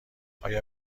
آیا